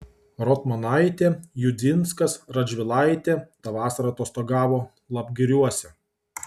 rotmanaitė judzinskas radžvilaitė tą vasarą atostogavo lapgiriuose